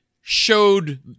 showed